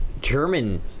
German